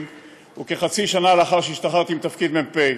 הוא כחצי שנה לאחר שהשתחררתי מתפקיד מ"פ.